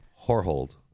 horhold